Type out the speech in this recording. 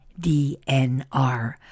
DNR